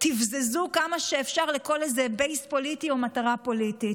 ותבזזו כמה שאפשר לכל איזה בייס פוליטי או מטרה פוליטית.